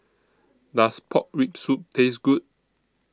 Does Pork Rib Soup Taste Good